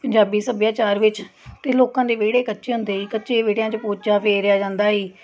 ਪੰਜਾਬੀ ਸੱਭਿਆਚਾਰ ਵਿੱਚ ਅਤੇ ਲੋਕਾਂ ਦੇ ਵਿਹੜੇ ਕੱਚੇ ਹੁੰਦੇ ਸੀ ਕੱਚੇ ਵੇਹੜਿਆਂ 'ਚ ਪੋਚਾ ਫੇਰਿਆ ਜਾਂਦਾ ਸੀ